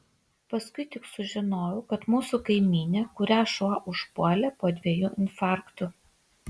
paskui tik sužinojau kad mūsų kaimynė kurią šuo užpuolė po dviejų infarktų